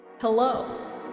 Hello